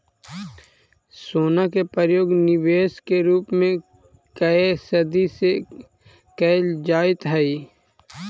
सोना के प्रयोग निवेश के रूप में कए सदी से कईल जाइत हई